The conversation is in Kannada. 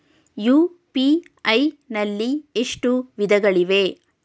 ಯು.ಪಿ.ಐ ನಲ್ಲಿ ಎಷ್ಟು ವಿಧಗಳಿವೆ?